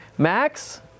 Max